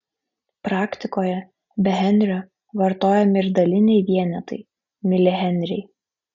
praktikoje be henrio vartojami ir daliniai vienetai milihenriai